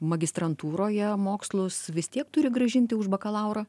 magistrantūroje mokslus vis tiek turi grąžinti už bakalaurą